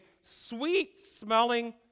sweet-smelling